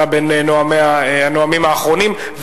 אתה בין הנואמים האחרונים,